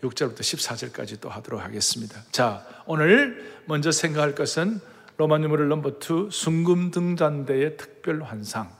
육절부터 14절까지 또 하도록 하겠습니다. 자, 오늘 먼저 생각할 것은 로마 numeral number two, 순금 등잔대의 특별 환상.